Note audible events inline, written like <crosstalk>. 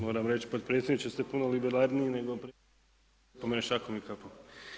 Moram reći potpredsjedniče da ste puno liberalniji nego … <unintelligible> opomene šakom i kapom.